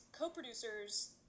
Co-producers